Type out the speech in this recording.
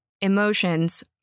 emotions